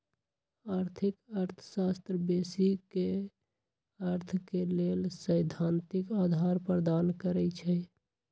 आर्थिक अर्थशास्त्र बेशी क अर्थ के लेल सैद्धांतिक अधार प्रदान करई छै